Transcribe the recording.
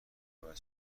باید